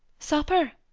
supper!